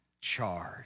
charge